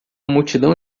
multidão